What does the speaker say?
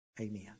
Amen